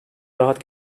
rahat